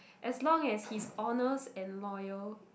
as long as he's honest and loyal